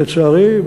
לצערי,